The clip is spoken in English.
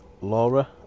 Laura